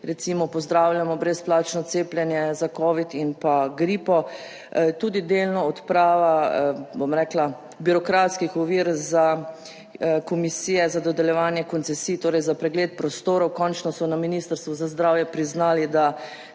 recimo pozdravljamo brezplačno cepljenje za Covid in pa gripo, tudi delna odprava birokratskih ovir za komisije za dodeljevanje koncesij, torej za pregled prostorov. Končno so na Ministrstvu za zdravje priznali, da